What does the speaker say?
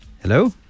Hello